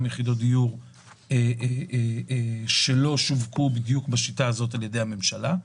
יחידות הדיור שלא שווקו בדיוק בשיטה הזאת על ידי הממשלה.